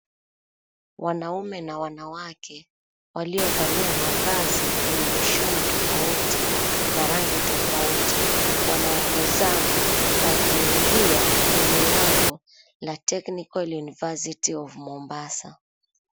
Wanaume na wanawake waliovalia mavazi yenye mishono tofauti, na rangi tofauti, wanaongozana wakiingia kwenye lango la Technical University of Mombasa.